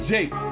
Jake